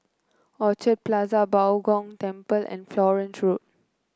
Orchid Plaza Bao Gong Temple and Florence Road